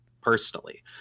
personally